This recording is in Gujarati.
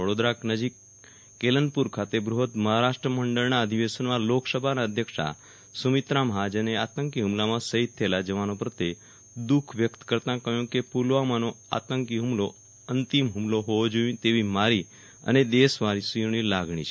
વડોદરા નજીક કેલનપુર ખાતે બૂહદ મહારાષ્ટ્ર મંડળના અધિવેશનમાં લોકસભાના અધ્યક્ષા સુમિત્રા મહાજને આતંકી હ્મલામાં શહીદ થયેલા જવાનો પ્રત્યે દૂઃખ વ્યક્ત કરતાં કહ્યું કે પ્લવામાનો આતંકી હુમલો અંતિમ હુમલો હોવો જોઈએ તેવી મારી અને દેશવાસીઓની લાગણી છે